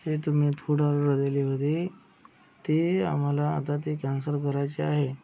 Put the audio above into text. ही तुम्ही food order दिली होती ती आम्हाला आता ती कॅन्सल करायची आहे